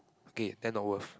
okay then not worth